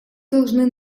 должны